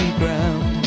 ground